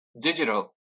digital